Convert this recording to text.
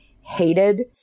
hated